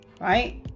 right